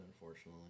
unfortunately